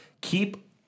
Keep